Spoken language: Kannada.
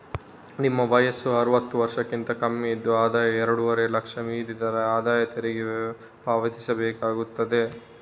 ನಿಮ್ಮ ವಯಸ್ಸು ಅರುವತ್ತು ವರ್ಷಕ್ಕಿಂತ ಕಮ್ಮಿ ಇದ್ದು ಆದಾಯ ಎರಡೂವರೆ ಲಕ್ಷ ಮೀರಿದ್ರೆ ಆದಾಯ ತೆರಿಗೆ ಪಾವತಿಸ್ಬೇಕಾಗ್ತದೆ